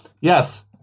yes